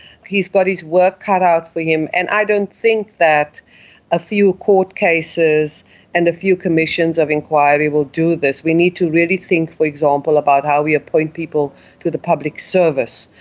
he's got his work cut out for him, and i don't think that a few court cases and a few commissions of enquiry will do this. we need to really think, for example, about how we appoint people to the public service.